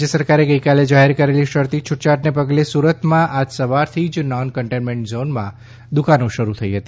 રાજ્ય સરકારે ગઇકાલે જાહેર કરાયેલ શરતી છૂટછાટ ને પગલે સુરતમાં આજ સવારથી જ નોન કન્ટેન્ટમનેટ ઝોનમાં દુકાનો શરૂ થઈ હતી